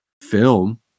film